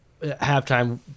halftime